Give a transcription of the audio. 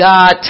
God